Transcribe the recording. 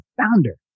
founder